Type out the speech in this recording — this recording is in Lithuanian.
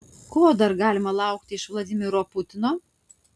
ko dar galima laukti iš vladimiro putino